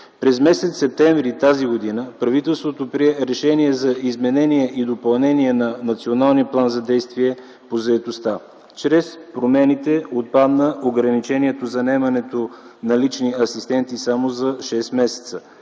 През м. септември т.г. правителството прие решение за изменение и допълнение на Националния план за действие по заетостта. Чрез промените отпадна ограничението за наемането на лични асистенти само за 6 месеца.